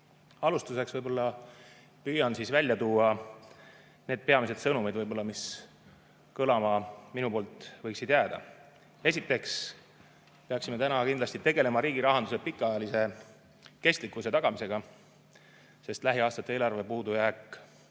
juhime? Alustuseks võib-olla püüan välja tuua need peamised sõnumid, mis võiksid minu poolt kõlama jääda. Esiteks peaksime täna kindlasti tegelema riigi rahanduse pikaajalise kestlikkuse tagamisega, sest lähiaastate eelarve puudujääk